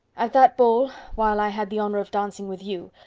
at that ball, while i had the honour of dancing with you,